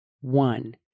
One